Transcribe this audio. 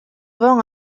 vingt